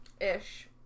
ish